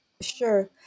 Sure